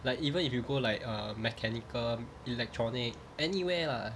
like even if you go like uh mechanical electronic anywhere lah